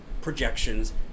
projections